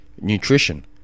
nutrition